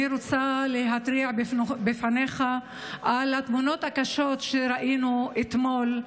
אני רוצה להתריע בפניך על התמונות הקשות שראינו אתמול,